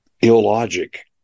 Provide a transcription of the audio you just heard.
illogic